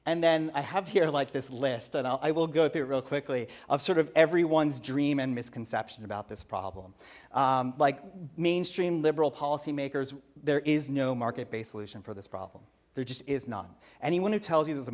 and then i have here like this list and i will go through it real quickly of sort of everyone's dream and misconception about this problem like mainstream liberal policymakers there is no market based solution for this problem there just is not anyone who tells you the